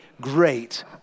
great